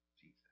Jesus